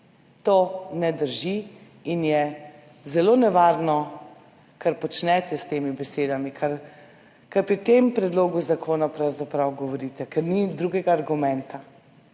To ne drži in je zelo nevarno, kar počnete s temi besedami, kar pri tem predlogu zakona pravzaprav govorite, ker ni drugega argumenta.